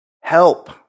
Help